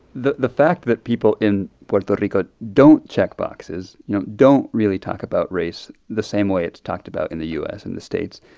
the the fact that people in puerto rico don't check boxes, you know, don't really talk about race the same way it's talked about in the u s. in the states,